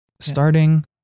Starting